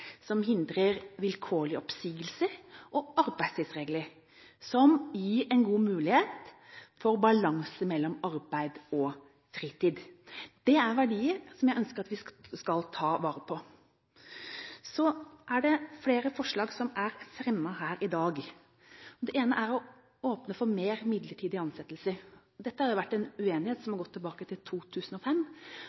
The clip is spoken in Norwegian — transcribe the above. som hindrer vilkårlige oppsigelser, og arbeidstidsregler som gir en god mulighet for balanse mellom arbeid og fritid. Det er verdier jeg ønsker at vi skal ta vare på. Det er flere forslag som er fremmet her i dag. Det ene er å åpne for flere midlertidige ansettelser. Dette er en uenighet som går tilbake til 2005.